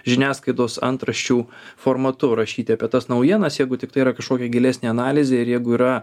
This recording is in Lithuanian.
žiniasklaidos antraščių formatu rašyti apie tas naujienas jeigu tiktai yra kažkokia gilesnė analizė ir jeigu yra